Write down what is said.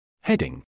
Heading